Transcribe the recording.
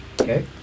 Okay